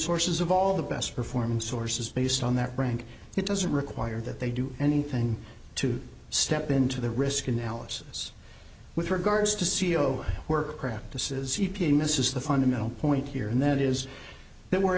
sources of all the best performing sources based on that brand it doesn't require that they do anything to step into the risk analysis with regards to c e o work practices e p a misses the fundamental point here and that is that we're